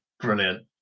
Brilliant